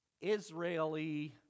Israeli